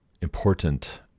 important